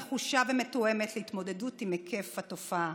נחושה ומתואמת להתמודדות עם היקף התופעה.